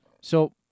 So-